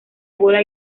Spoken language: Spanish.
ola